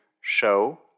show